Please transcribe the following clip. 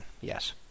yes